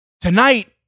Tonight